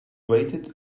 waited